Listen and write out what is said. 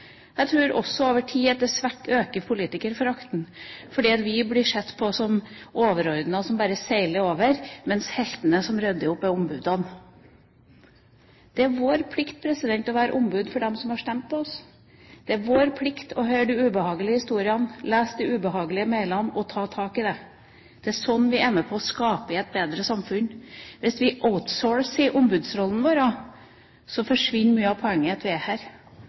Jeg tror også at det over tid øker politikerforakten fordi vi blir sett på som overordnede som bare seiler over, mens heltene som rydder opp, er ombudene. Det er vår plikt å være ombud for dem som har stemt på oss. Det er vår plikt å høre de ubehagelige historiene, lese de ubehagelige mailene og ta tak i det. Det er sånn vi er med på å skape et bedre samfunn. Hvis vi outsourcer ombudsrollen vår, forsvinner mye av poenget med at vi er her.